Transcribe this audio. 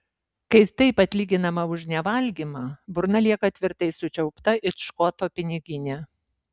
kai taip atlyginama už nevalgymą burna lieka tvirtai sučiaupta it škoto piniginė